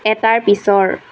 এটাৰ পিছৰ